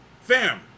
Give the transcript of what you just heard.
fam